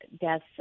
deaths